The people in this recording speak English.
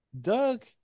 Doug